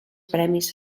premis